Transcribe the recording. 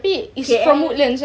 K_L